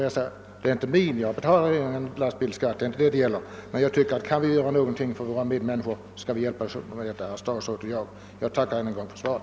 Det gäller inte mig själv, ty jag betalar ingen lastbilsskatt, men kan statsrådet och jag göra någonting för våra medmänniskor, så bör vi göra det. Jag tackar än en gång för svaret.